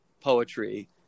poetry